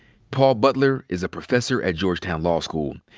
paul butler is a professor at georgetown law school.